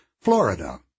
Florida